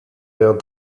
der